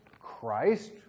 Christ